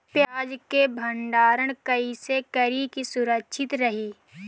प्याज के भंडारण कइसे करी की सुरक्षित रही?